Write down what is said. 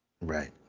Right